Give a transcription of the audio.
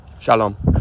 Shalom